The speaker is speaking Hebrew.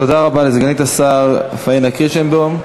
תודה רבה לסגנית השר פניה קירשנבאום.